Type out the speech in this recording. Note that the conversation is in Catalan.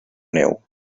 neu